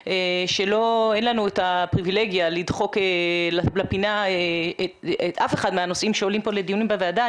ואין לנו את הפריבילגיה לדחוק לפינה אף אחד מהנושאים שעולים לדיון בוועדה.